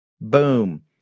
boom